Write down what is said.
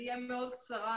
אני אהיה מאוד קצרה.